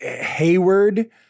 Hayward